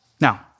Now